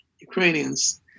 Ukrainians